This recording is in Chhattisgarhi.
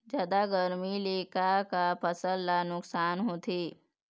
जादा गरमी ले का का फसल ला नुकसान होथे?